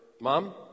Mom